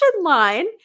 line